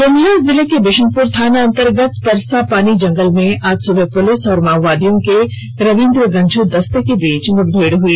गुमला जिले के विशुनपुर थाना अंतर्गत परसापानी जंगल में आज सुबह पुलिस और माओवादियों के रविन्द्र गंझू दस्ते के बीच मुठभेड़ हुई